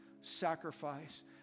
sacrifice